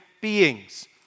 beings